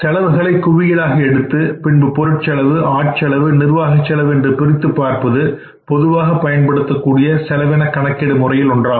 செலவுகளை குவியலாக எடுத்து பின்பு பொருட்செலவு ஆட்செலவு நிர்வாகச் செலவு என்று பிரித்துப் பார்ப்பது பொதுவாகப் பயன்படுத்தக்கூடிய செலவின கணக்கிடும் முறையில் ஒன்றாகும்